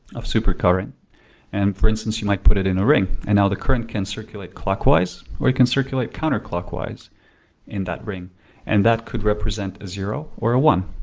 of super current and for instance, you might put it in a ring and now the current can circulate clockwise or it can circulate counter clockwise in that ring and that could represent a zero or a one.